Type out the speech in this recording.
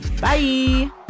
Bye